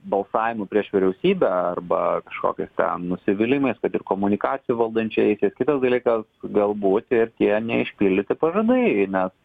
balsavimu prieš vyriausybę arba kažkokiais ten nusivylimais kad ir komunikacija valdančiaisiais kitas dalykas galbūt ir tie neišpildyti pažadai nes